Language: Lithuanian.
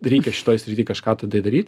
reikia šitoj srity kažką tai tai daryt